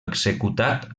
executat